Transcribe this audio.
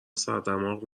سردماغ